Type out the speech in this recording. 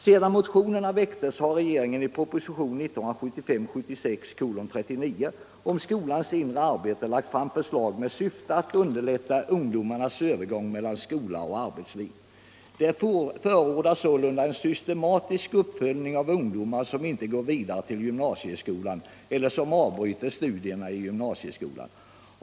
”Sedan motionerna väcktes har regeringen i propositionen 1975/76:39 om skolans inre arbete lagt fram förslag med syfte att underlätta ungdomarnas övergång mellan skola och arbetsliv. Det förordas sålunda en systematisk uppföljning av ungdomar som inte går vidare till gymnasieskolan eller som avbryter studierna i gymnasieskolan.